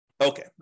Okay